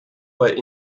but